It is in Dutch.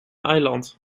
eiland